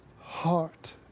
heart